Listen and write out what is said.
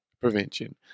prevention